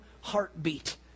heartbeat